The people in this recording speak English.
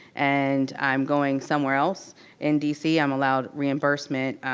and i'm going somewhere else in dc, i'm allowed reimbursement.